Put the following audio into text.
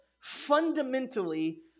fundamentally